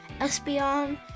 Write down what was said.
Espeon